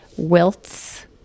wilts